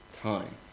time